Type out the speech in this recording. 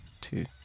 Two